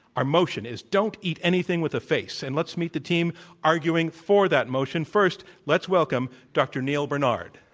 our motion is, don't eat anything with a face. and let's meet the team arguing for that motion. first, let's welcome dr. neal barnard.